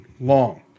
long